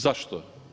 Zašto?